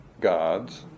gods